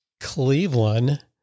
Cleveland